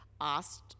asked